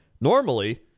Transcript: Normally